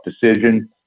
decision